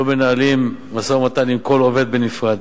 לא מנהלים משא-ומתן עם כל עובד בנפרד,